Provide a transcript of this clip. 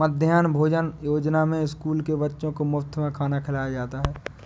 मध्याह्न भोजन योजना में स्कूल के बच्चों को मुफत में खाना खिलाया जाता है